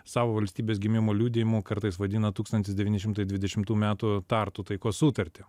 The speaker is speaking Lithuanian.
savo valstybės gimimo liudijimu kartais vadina tūkstantis devyni šimtai dvidešimtų metų tartu taikos sutartį